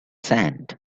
sand